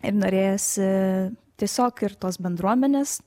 ir norėjosi tiesiog ir tos bendruomenės